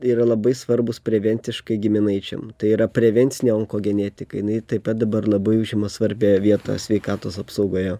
yra labai svarbūs prevenciškai giminaičiam tai yra prevencinė onkogenetika jinai taip pat dabar labai užima svarbią vietą sveikatos apsaugoje